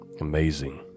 Amazing